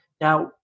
now